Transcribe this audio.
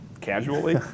casually